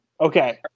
okay